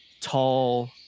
tall